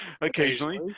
occasionally